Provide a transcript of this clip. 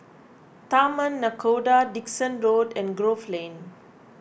Taman Nakhoda Dickson Road and Grove Lane